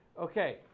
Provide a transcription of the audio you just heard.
Okay